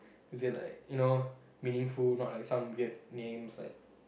then like you know meaningful not like some weird names like